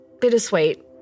bittersweet